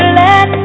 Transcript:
let